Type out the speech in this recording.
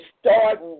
start